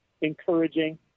encouraging